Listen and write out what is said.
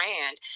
brand